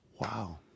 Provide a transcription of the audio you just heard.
Wow